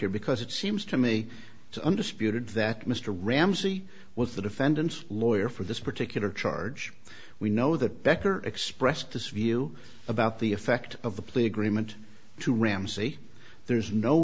here because it seems to me to undisputed that mr ramsey was the defendant's lawyer for this particular charge we know that becker expressed to serve you about the effect of the plea agreement to ramsi there's no